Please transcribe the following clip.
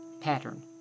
pattern